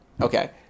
Okay